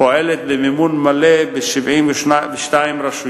פועלת במימון מלא ב-72 רשויות,